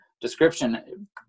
description